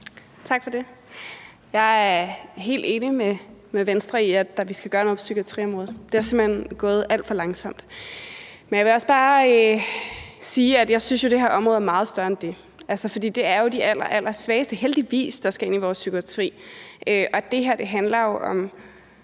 Tak for det. Jeg er helt enig med Venstre i, at vi skal gøre noget på psykiatriområdet. Det er simpelt hen gået alt for langsomt. Men jeg vil også bare sige, at jeg jo synes, at det her område er meget større end det. Det er jo de allerallersvageste, heldigvis, der skal ind i vores psykiatri, og det her handler jo om